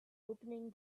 opening